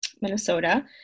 minnesota